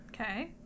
Okay